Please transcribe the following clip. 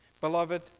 Beloved